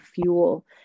fuel